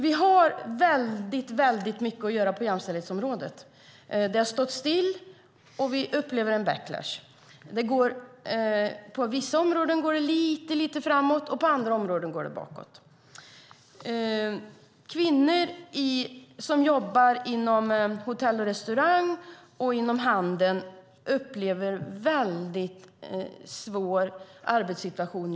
Vi har väldigt mycket att göra på jämställdhetsområdet. Det har stått still, och vi upplever en backlash. På vissa områden går det lite framåt, och på andra områden går det bakåt. Kvinnor som jobbar inom hotell och restaurang och inom handeln upplever just nu en väldigt svår arbetssituation.